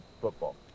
football